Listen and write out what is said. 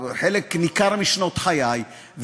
חלק ניכר משנות חיי,